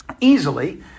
easily